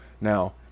now